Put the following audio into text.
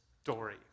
story